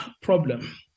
problem